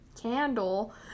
Candle